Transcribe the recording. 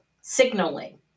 Signaling